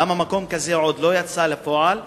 למה מקום כזה עוד לא יצא לפועל,